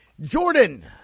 Jordan